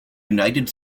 united